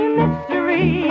mystery